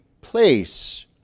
place